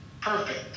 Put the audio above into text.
Perfect